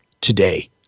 today